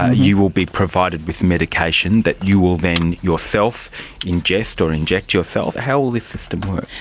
ah you will be provided with medication that you will then yourself ingest or inject yourself. how will the system works?